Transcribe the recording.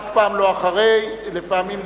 אף פעם לא אחרי, לפעמים לפני.